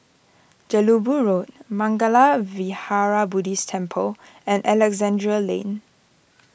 Jelebu Road Mangala Vihara Buddhist Temple and Alexandra Lane